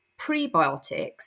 prebiotics